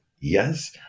Yes